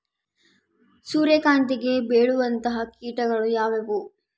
ಸೂರ್ಯಕಾಂತಿಗೆ ಬೇಳುವಂತಹ ಕೇಟಗಳು ಯಾವ್ಯಾವು?